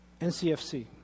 NCFC